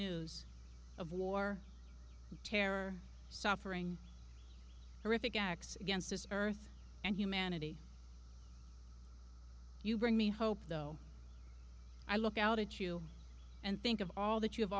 news of war and terror suffering or if it acts against this earth and humanity you bring me hope though i look out at you and think of all that you